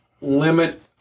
limit